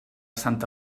santa